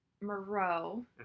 Moreau